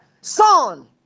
son